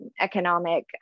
economic